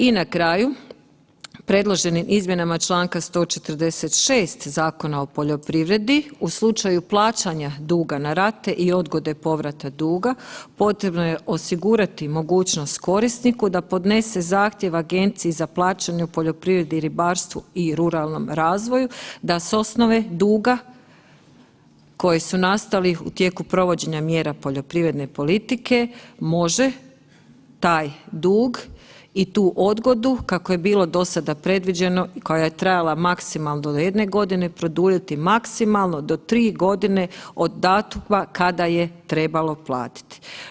I na kraju, predloženim izmjenama čl. 146 Zakona o poljoprivredi, u slučaju plaćanja duga na rate i odgode povrata duga, potrebo je osigurati mogućnost korisniku da podnese zahtjev Agenciji za plaćanje u poljoprivredi i ribarstvu i ruralnom razvoju da s osnove duga koje su nastali u tijeku provođenja mjera poljoprivredne politike može taj dug i tu odgodu kako je bilo do sada predviđeno i koja je trajala maksimalno do jedne godine produljiti maksimalno do tri godine od datuma kada je trebalo platiti.